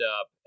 up